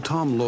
Tom